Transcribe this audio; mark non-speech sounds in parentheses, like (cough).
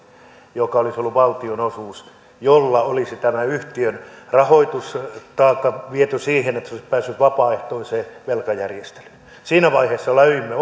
jotka olisivat olleet valtion osuus jolla olisi tämä yhtiön rahoitus viety siihen että se olisi päässyt vapaaehtoiseen velkajärjestelyyn siinä vaiheessa löimme (unintelligible)